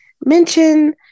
mention